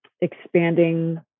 expanding